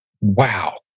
wow